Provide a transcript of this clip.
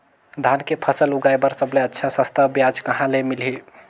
धान के फसल उगाई बार सबले अच्छा सस्ता ब्याज कहा ले मिलही?